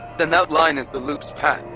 then that line is the loop's path.